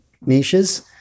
niches